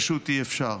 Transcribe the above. פשוט אי-אפשר.